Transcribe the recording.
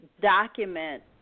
document